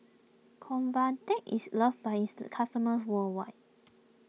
Convatec is loved by its customers worldwide